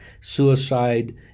suicide